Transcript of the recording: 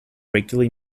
regularly